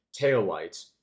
taillights